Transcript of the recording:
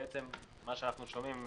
בעצם מה שאנחנו שומעים,